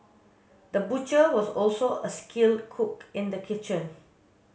the butcher was also a skilled cook in the kitchen